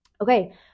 Okay